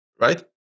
right